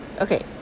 Okay